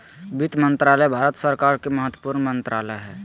वित्त मंत्रालय भारत सरकार के महत्वपूर्ण मंत्रालय हइ